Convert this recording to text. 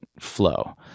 flow